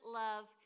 love